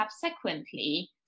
subsequently